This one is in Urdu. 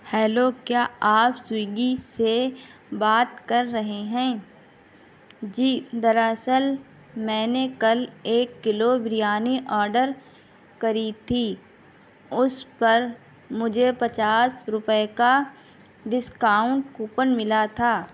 ہیلو کیا آپ سوئگی سے بات کر رہے ہیں جی دراصل میں نے کل ایک کلو بریانی آڈر کری تھی اس پر مجھے پچاس روپیے کا ڈسکاؤنٹ کوپن ملا تھا